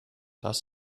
das